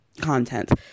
content